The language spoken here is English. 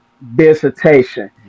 visitation